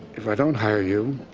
if i don't hire you,